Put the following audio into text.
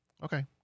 Okay